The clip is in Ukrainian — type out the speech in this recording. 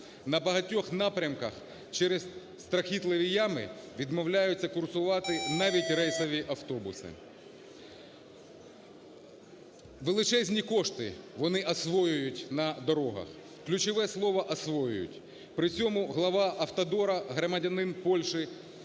На багатьох напрямках через страхітливі ями відмовляються курсувати навіть рейсові автобуси. Величезні кошти вони освоюють на дорогах, ключове слово "освоюють", при цьому глава "Автодору" громадянин Польщі